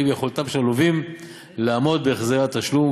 ביכולתם של הלווים לעמוד בהחזרי התשלום,